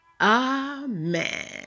Amen